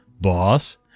boss